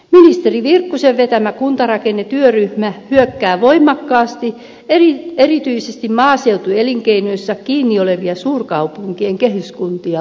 ministeri virkkusen vetämä kuntarakennetyöryhmä hyökkää voimakkaasti erityisesti maaseutuelinkeinoissa kiinni olevia suurkaupunkien kehyskuntia vastaan